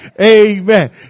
Amen